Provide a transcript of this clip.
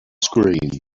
screen